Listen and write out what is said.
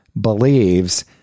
believes